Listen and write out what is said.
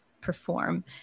perform